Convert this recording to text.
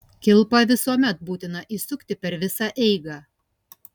kilpą visuomet būtina įsukti per visą eigą